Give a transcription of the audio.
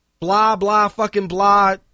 blah-blah-fucking-blah